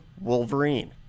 Wolverine